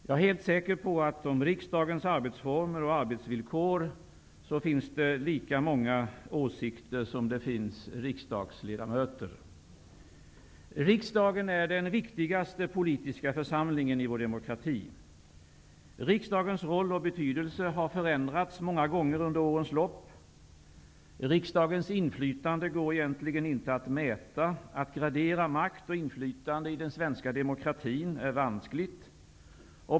Jag är helt säker på att det om riksdagens arbetsformer och arbetsvillkor finns lika många åsikter, som det finns riksdagsledamöter. Riksdagen är den viktigaste politiska församlingen i vår demokrati. Riksdagens roll och betydelse har förändrats många gånger under årens lopp. Men riksdagens inflytande går egentligen inte att mäta. Att gradera makt och inflytande i den svenska demokratin är vanskligt.